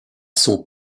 son